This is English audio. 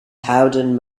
howden